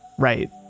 Right